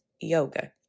yoga